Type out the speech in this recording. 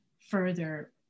further